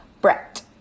Brett